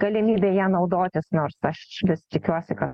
galimybė ja naudotis nors aš išvis tikiuosi kad